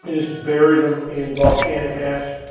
just buried them in volcanic ash.